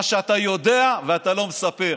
מה שאתה יודע ואתה לא מספר.